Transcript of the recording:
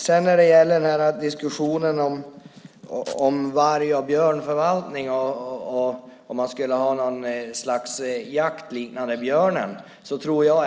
Sedan var det diskussionen om varg och björnförvaltning och att ha något slags jakt liknande den på björnen.